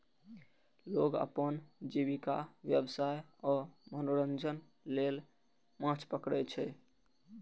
लोग अपन जीविका, व्यवसाय आ मनोरंजन लेल माछ पकड़ै छै